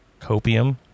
copium